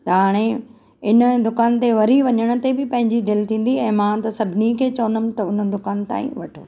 त हाणे इन दुकान ते वरी वञण ते बि पंहिंजी दिलि थींदी ऐं मां त सभिनी खे चवंदमि त हुन दुकान तां ई वठो